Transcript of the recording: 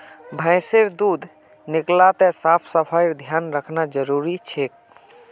भैंसेर दूध निकलाते साफ सफाईर ध्यान रखना जरूरी छिके